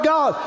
God